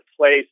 place